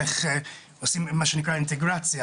איך עושים מה שנקרא אינטגרציה,